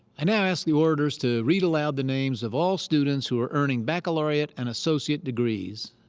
i now ask the orators to read aloud the names of all students who are earning baccalaureate and associate degrees.